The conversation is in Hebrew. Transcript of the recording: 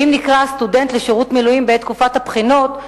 אם נקרא הסטודנט לשירות מילואים בתקופת הבחינות,